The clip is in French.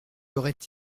aurait